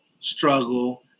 struggle